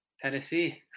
Tennessee